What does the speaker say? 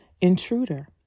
intruder